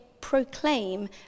proclaim